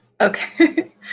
Okay